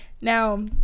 Now